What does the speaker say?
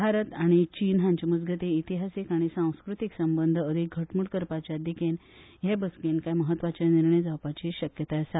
भारत आनी चीन हांच्या मजगती इतिहासिक आनी सांस्कृतिक संबंध अदिक घटमुट करपाच्या दिखेन ह्या बसकेन काय म्हत्वाचे निर्णय जावपाची शक्यता आसा